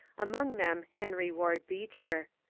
among them henry ward beecher.